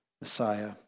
Messiah